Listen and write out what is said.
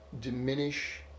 diminish